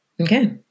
Okay